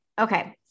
Okay